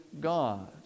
God